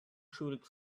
shooting